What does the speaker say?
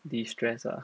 destress ah